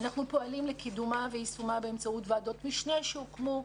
אנחנו פועלים לקידומה ויישומה באמצעות ועדות משנה שהוקמו.